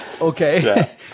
okay